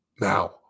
Now